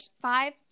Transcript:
five